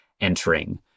entering